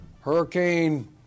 Hurricane